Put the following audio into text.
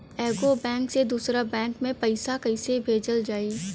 एगो बैक से दूसरा बैक मे पैसा कइसे भेजल जाई?